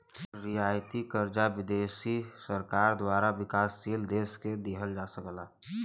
रियायती कर्जा विदेशी सरकारन द्वारा विकासशील देश के दिहल जा सकला